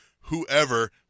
whoever